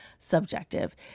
Subjective